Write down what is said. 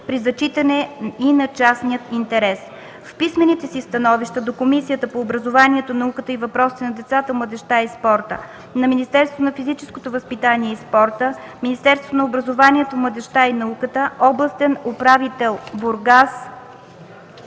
при зачитане и на частния интерес. В писмените си становища до Комисията по образованието, науката и въпросите на децата, младежта и спорта: - Министерството на физическото възпитание и спорта, Министерството на образованието, младежта и науката, Областен управител - Бургас,